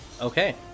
Okay